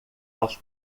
aos